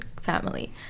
family